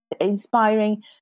inspiring